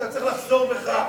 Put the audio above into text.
אתה צריך לחזור בך.